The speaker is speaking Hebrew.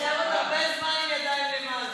אתה תישאר עוד הרבה זמן עם ידיים למעלה.